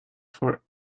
for